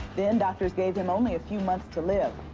then doctors gave him only a few months to live.